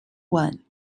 one